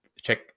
check